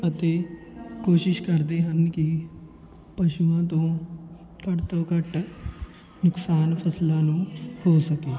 ਅਤੇ ਕੋਸ਼ਿਸ਼ ਕਰਦੇ ਹਨ ਕਿ ਪਸ਼ੂਆਂ ਤੋਂ ਘੱਟ ਤੋਂ ਘੱਟ ਨੁਕਸਾਨ ਫ਼ਸਲਾਂ ਨੂੰ ਹੋ ਸਕੇ